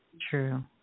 true